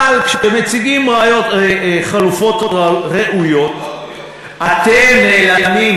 אבל כשמציגים חלופות ראויות אתם נעלמים,